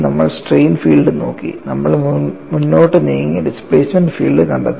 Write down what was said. നമ്മൾ strain field നോക്കി നമ്മൾ മുന്നോട്ട് നീങ്ങി ഡിസ്പ്ലേസ്മെൻറ് ഫീൽഡ് കണ്ടെത്തി